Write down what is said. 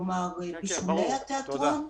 כלומר בשולי התיאטרון,